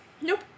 Nope